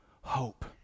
hope